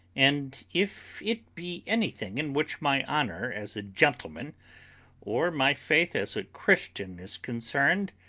and if it be anything in which my honour as a gentleman or my faith as a christian is concerned,